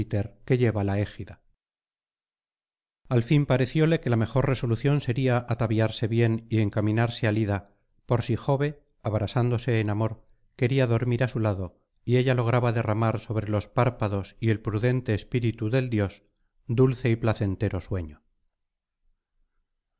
que lleva la égida al fin parecióle que la mejor resolución sería ataviarse bien y encaminarse al ida por si jove abrasándose en amor quería dormir á su lado y ella lograba derramar sobre los párpados y el prudente espíritu del dios dulce y placentero sueño